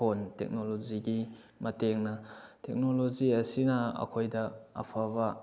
phone ꯇꯦꯛꯅꯣꯂꯣꯖꯤꯒꯤ ꯃꯇꯦꯡꯅ technology ꯑꯁꯤꯅ ꯑꯩꯈꯣꯏꯗ ꯑꯐꯕ